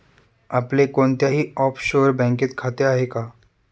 आपले कोणत्याही ऑफशोअर बँकेत खाते आहे का?